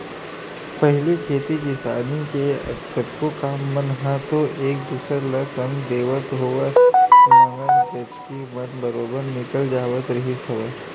पहिली खेती किसानी के कतको काम मन ह तो एक दूसर ल संग देवत होवय मंगनी जचनी म बरोबर निकल जावत रिहिस हवय